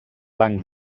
banc